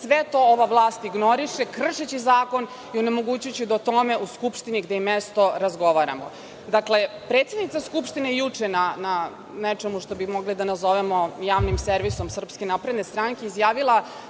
Sve to ova vlast ignoriše, kršeći zakon i onemogućujući da o tome u Skupštini, gde je mesto, razgovaramo. Dakle, predsednica Skupštine je juče, na nečemu, što bi mogli da nazovemo javnim servisom SNS izjavila,